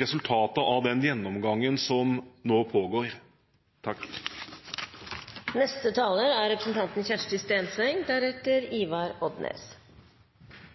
resultatet av den gjennomgangen som nå pågår. Å lansere en frihetsreform for kulturlivet er